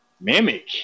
Mimic